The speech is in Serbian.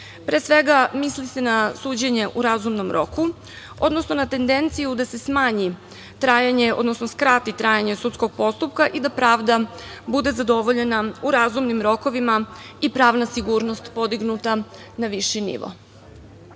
Pre svega, misli se na suđenje u razumnom roku, odnosno na tendenciju da se smanji trajanje, odnosno skrati trajanje sudskog postupka i da pravda bude zadovoljena u razumnim rokovima i pravna sigurnost podignuta na viši nivo. Što